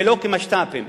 ולא כמשת"פים.